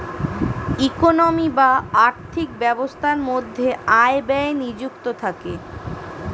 economy বা আর্থিক ব্যবস্থার মধ্যে আয় ব্যয় নিযুক্ত থাকে